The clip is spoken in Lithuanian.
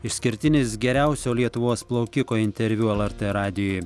išskirtinis geriausio lietuvos plaukiko interviu lrt radijui